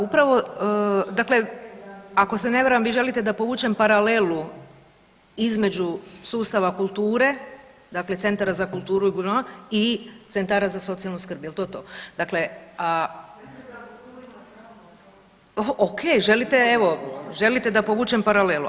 Upravo dakle, ako se ne varam vi želite da povučem paralelu između sustava kulture dakle centara za kulturu … i centara za socijalnu skrb jel to to? … [[Upadica se ne razumije.]] Ok, želite da povučem paralelu.